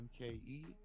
MKE